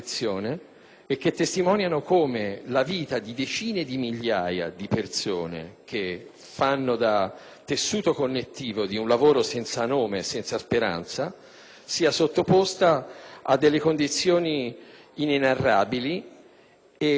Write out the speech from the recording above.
inchieste testimoniano come la vita di decine di migliaia di persone, che fanno da tessuto connettivo di un lavoro senza nome e senza speranza, sia sottoposta a condizioni inenarrabili che